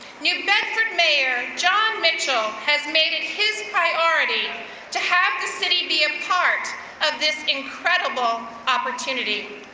new bedford mayor, jon mitchell, has made it his priority to have the city be a part of this incredible opportunity.